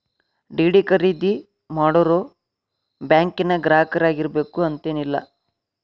DD ಖರೇದಿ ಮಾಡೋರು ಬ್ಯಾಂಕಿನ್ ಗ್ರಾಹಕರಾಗಿರ್ಬೇಕು ಅಂತೇನಿಲ್ಲ